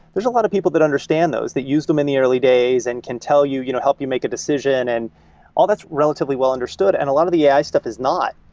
there's a lot of people that understand those, that used them in the early days and can tell you, you know help you make a decision, and all that's relatively well understood, and a lot of the a i. stuff is not.